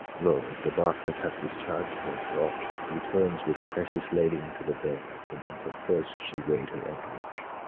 lo, as the bark that hath discharg'd her fraught returns with precious lading to the bay from whence at first she weigh'd her anchorage,